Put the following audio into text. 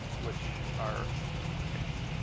which are interesting.